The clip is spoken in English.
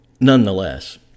Nonetheless